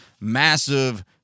massive